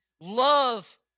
Love